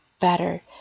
better